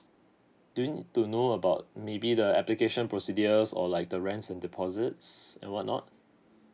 do you need to know about maybe the application procedures or like the rents and deposits and what not